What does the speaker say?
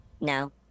No